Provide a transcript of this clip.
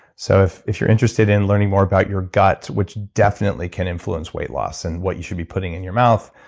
so if if you're interested in learning more about your gut, which definitely can influence weight loss and what you should be putting in your mouth,